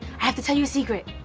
have to tell you a secret.